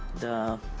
the.